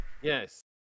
Yes